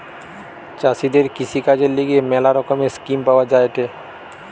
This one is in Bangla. চাষীদের কৃষিকাজের লিগে ম্যালা রকমের স্কিম পাওয়া যায়েটে